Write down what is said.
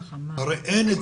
הרי אין את זה.